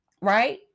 right